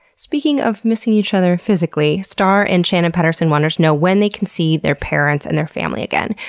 speaking of missing each other physically, starr and shannon patterson wanted to know when they can see their parents and their family again.